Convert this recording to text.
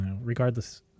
Regardless